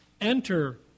Enter